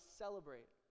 celebrate